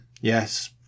yes